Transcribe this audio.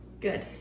Good